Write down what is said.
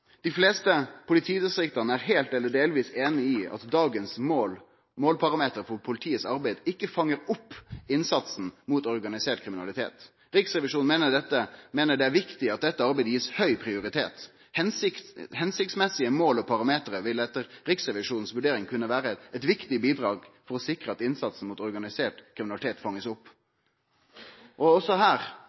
fleste politidistriktene er helt eller delvis enige i at dagens mål og parametere for politiets arbeid ikke fanger opp innsatsen mot organisert kriminalitet. Riksrevisjonen mener det er viktig at dette arbeidet gis høy prioritet. Hensiktsmessige mål og parametere vil etter Riksrevisjonens vurdering kunne være et viktig bidrag for å sikre at innsatsen mot organisert kriminalitet fanges opp.» – Også her